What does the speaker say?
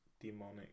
demonic